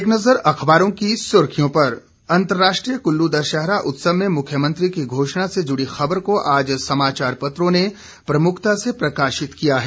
एक नज़र अखबारों की सुर्खियों पर अंतरराष्ट्रीय कुल्लू दशहरा उत्सव में मुख्यमंत्री की घोषणा से जुड़ी खबर को आज समाचार पत्रों ने प्रमुखता से प्रकाशित किया है